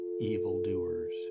evildoers